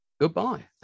goodbye